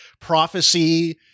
prophecy